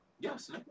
Yes